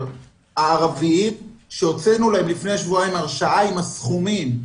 הערביים שהוצאנו להם לפני שבועיים הרשאה עם הסכומים,